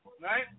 right